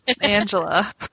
angela